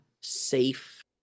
safe